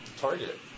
target